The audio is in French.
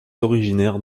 originaire